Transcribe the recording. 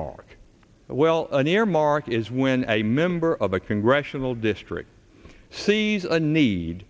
earmark well an earmark is when a member of a congressional district sees a need